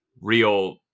real